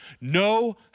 no